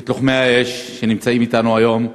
את לוחמי האש שנמצאים אתנו היום,